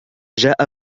جاء